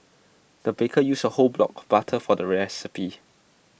the baker used A whole block of butter for the recipe